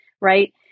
right